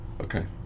okay